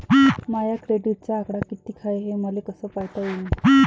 माया क्रेडिटचा आकडा कितीक हाय हे मले कस पायता येईन?